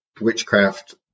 witchcraft